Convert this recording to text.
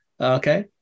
Okay